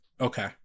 Okay